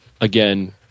again